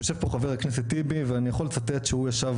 יושב פה חבר הכנסת טיבי ואני יכול לצטט שהוא ישב